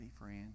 friend